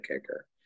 kicker